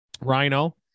Rhino